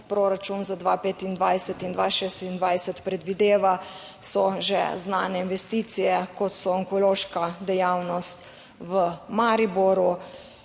proračun za 2025 in 2026 predvideva, so že znane investicije kot so onkološka dejavnost v Mariboru,